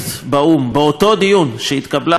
באותו דיון שבו התקבלה ההחלטה,